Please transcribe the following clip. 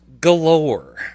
galore